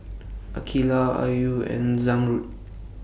Aqeelah Ayu and Zamrud